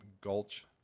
Gulch